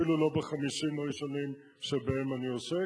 אפילו לא ב-50 הראשונים שבהם אני עוסק,